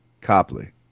Copley